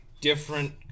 different